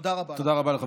תודה רבה לך.